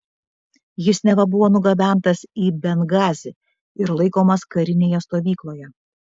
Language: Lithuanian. jis neva buvo nugabentas į bengazį ir laikomas karinėje stovykloje